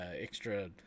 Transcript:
extra